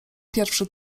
pierwszy